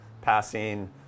passing